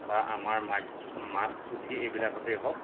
বা আমাৰ মাইছ মাছ পুঠি এইবিলাকতেই হওক